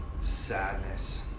sadness